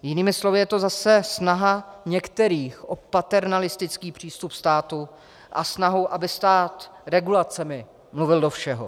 Jinými slovy je to zase snaha některých o paternalistický přístup státu a snaha, aby stát regulacemi mluvil do všeho.